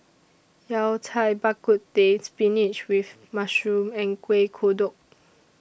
Yao Cai Bak Kut Teh Spinach with Mushroom and Kuih Kodok